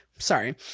Sorry